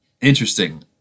interesting